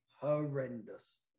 horrendous